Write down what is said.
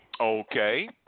Okay